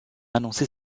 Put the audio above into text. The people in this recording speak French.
annoncer